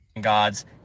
God's